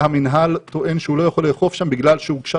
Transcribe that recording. והמינהל טוען שהוא לא יכול לאכוף שם בגלל שהוגשו